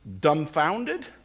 dumbfounded